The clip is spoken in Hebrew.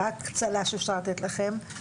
רק צל"ש אפשר לתת לכם.